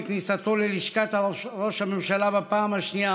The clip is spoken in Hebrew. בכניסתו ללשכת ראש הממשלה בפעם השנייה,